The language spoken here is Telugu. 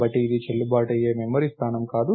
కాబట్టి ఇది చెల్లుబాటు అయ్యే మెమరీ స్థానం కాదు